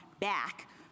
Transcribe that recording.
back